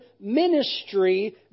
ministry